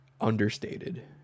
understated